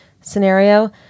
scenario